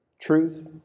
Truth